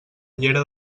llera